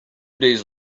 days